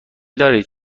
دارید